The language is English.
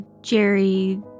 Jerry